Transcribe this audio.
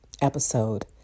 episode